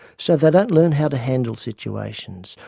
so they don't learn how to handle situations,